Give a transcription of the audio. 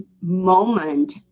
moment